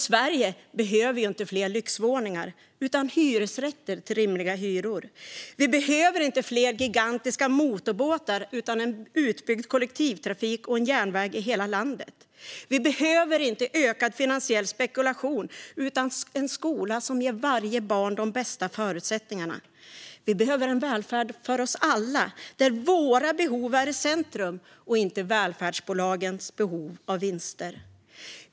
Sverige behöver inte fler lyxvåningar utan hyresrätter till rimliga hyror. Vi behöver inte fler gigantiska motorbåtar utan en utbyggd kollektivtrafik och en järnväg i hela landet. Vi behöver inte ökad finansiell spekulation utan en skola som ger varje barn de bästa förutsättningarna. Vi behöver en välfärd för oss alla, där våra behov är i centrum och inte välfärdsbolagens behov av vinster.